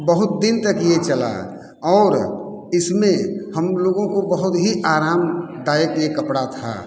बहुत दिन तक ये चला और इसमें हम लोगों को बहुत ही आरामदायक ये कपड़ा था